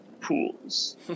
pools